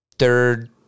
Third